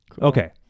Okay